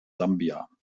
sambia